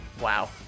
Wow